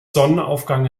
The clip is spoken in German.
sonnenaufgang